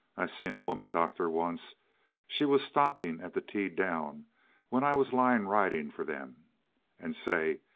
i seen a woman doctor, once she was stopping at the t down when i was line-riding for them and say,